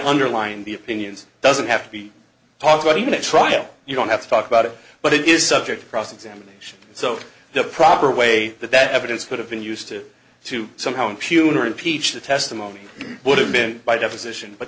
underlined the opinions doesn't have to be talked about even a trial you don't have to talk about it but it is subject to cross examination so the proper way that that evidence could have been used to somehow impugn or impeach the testimony would have been by deposition but